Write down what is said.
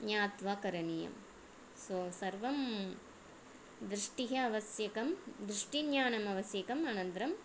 ज्ञात्वा करणीयं सो सर्वं दृष्टिः आवश्यकं दृष्टिज्ञानम् आवश्यकम् अनन्तरं